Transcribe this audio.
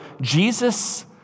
Jesus